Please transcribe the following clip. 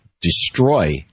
destroy